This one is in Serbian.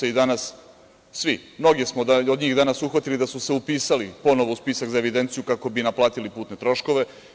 Mnoge od njih smo danas uhvatili da su se upisali ponovo u spisak za evidenciju, kako bi naplatili putne troškove.